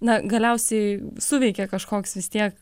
na galiausiai suveikė kažkoks vis tiek